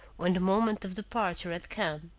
when the moment of departure had come.